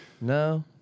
No